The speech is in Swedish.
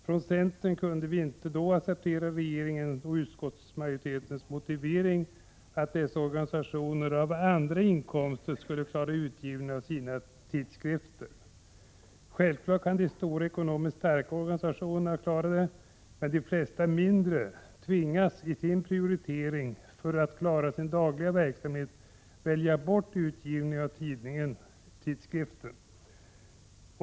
Från centern kunde vi inte då acceptera regeringens och utskottsmajoritetens motivering, att dessa organisationer av andra inkomster skulle klara utgivningen av sina tidskrifter. Självklart kan de stora och ekonomiskt starka organisationerna klara detta, men de flesta mindre tvingas i sin prioritering, för att klara sin dagliga verksamhet, att välja bort utgivning av tidningen.